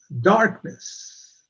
darkness